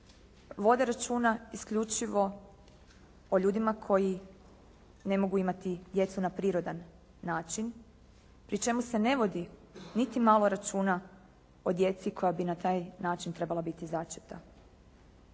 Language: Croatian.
vode računa isključivo o ljudima koji ne mogu imati djecu na prirodan način pri čemu se ne vodi niti malo računa o djeci koja bi na taj način trebala biti začeta.